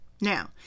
Now